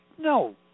No